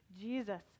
jesus